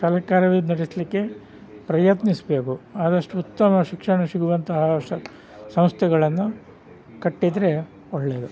ಸರಕಾರವೇ ನಡೆಸಲಿಕ್ಕೆ ಪ್ರಯತ್ನಿಸಬೇಕು ಆದಷ್ಟು ಉತ್ತಮ ಶಿಕ್ಷಣ ಸಿಗುವಂತಹ ಸಂಸ್ಥೆಗಳನ್ನು ಕಟ್ಟಿದ್ದರೆ ಒಳ್ಳೆಯದು